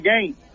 game